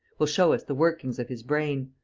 will show us the workings of his brain